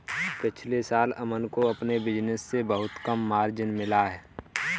पिछले साल अमन को अपने बिज़नेस से बहुत कम मार्जिन मिला